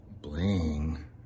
Bling